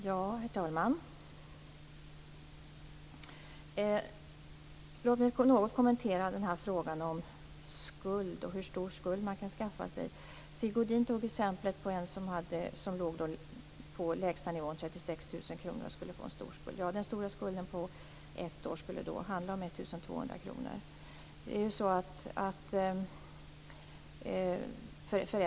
Herr talman! Jag vill något kommentera frågan om hur stor skuld som man kan skaffa sig. Sigge Godin tog upp ett exempel med en underhållsskyldig som låg på den lägsta inkomstnivån, 36 000 kr. Den stora skulden på ett år skulle då bli 1 200 kr.